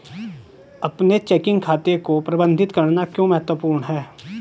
अपने चेकिंग खाते को प्रबंधित करना क्यों महत्वपूर्ण है?